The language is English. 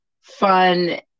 fun